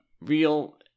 real